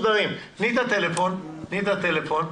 זה רק קופות חולים --- בוקר טוב ליו"ר הוועדה ולחברי הוועדה.